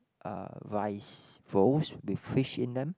uh rice rolls with fish in them